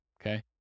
okay